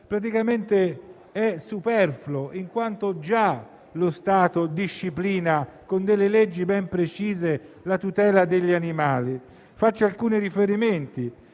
precisazione superflua, in quanto lo Stato disciplina già con leggi ben precise la tutela degli animali. Faccio alcuni riferimenti: